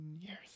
years